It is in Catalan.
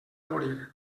morir